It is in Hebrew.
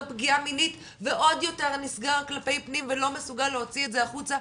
פגיעה מינית ועוד יותר נסגר כלפי פנים ולא מסוגל להוציא את זה החוצה,